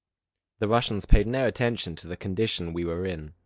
the russians paid no attention to the condition we were in.